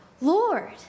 Lord